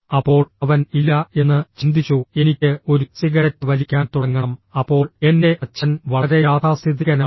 അപ്പോൾ അവൻ ഇല്ല എന്ന് ചിന്തിച്ചു എനിക്ക് ഒരു സിഗരറ്റ് വലിക്കാൻ തുടങ്ങണം അപ്പോൾ എൻ്റെ അച്ഛൻ വളരെ യാഥാസ്ഥിതികനാണ്